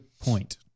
point